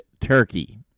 Turkey